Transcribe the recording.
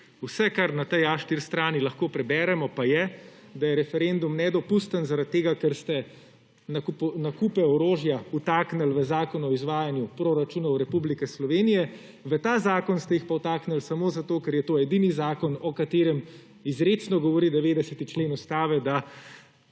Vse, kar na tej A4 strani lahko preberemo, je, da je referendum nedopusten, ker ste nakupe orožja vtaknili v zakon o izvajanju proračunov Republike Slovenije. V ta zakon ste jih pa vtaknili samo zato, ker je to edini zakon, o katerem izrecno govori 90. člen ustave, da